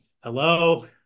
hello